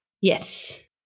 Yes